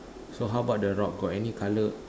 so how about the rock got any colour